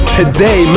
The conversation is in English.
today